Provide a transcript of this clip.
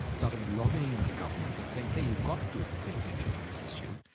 started lobbying the government and saying, hey, you've got to pay attention to this issue.